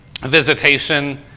Visitation